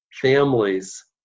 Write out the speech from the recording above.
families